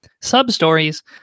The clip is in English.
sub-stories